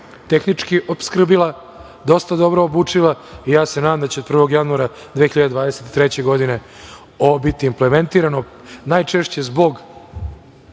tehnički opskrbila, dosta dobro obučila i ja se nadam da će 1. januara 2023. godine ovo biti implementirano najčešće